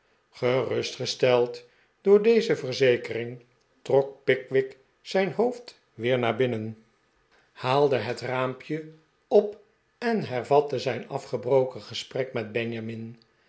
gerustgesteld door deze verzekering trok pickwick zijn hoofd weer naar binnen haalde het raampje op en hervatte zijn afgebroken gesprek met benjamin